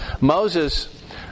Moses